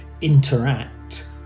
interact